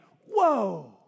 whoa